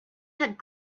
had